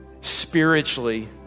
spiritually